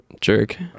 Jerk